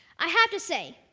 i have to say,